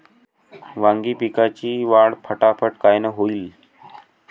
वांगी पिकाची वाढ फटाफट कायनं होईल?